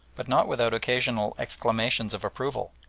but not without occasional exclamations of approval,